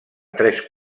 tres